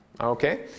Okay